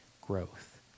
growth